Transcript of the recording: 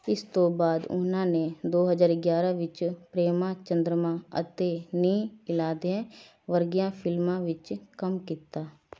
ਇਸ ਤੋਂ ਬਾਅਦ ਉਹਨਾਂ ਨੇ ਦੋ ਹਜ਼ਾਰ ਗਿਆਰ੍ਹਾਂ ਵਿੱਚ ਪ੍ਰੇਮਾ ਚੰਦਰਮਾ ਅਤੇ ਨੀ ਇਲਾਧਿਆਂ ਵਰਗੀਆਂ ਫ਼ਿਲਮਾਂ ਵਿੱਚ ਕੰਮ ਕੀਤਾ